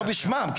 לא בשמם,